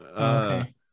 Okay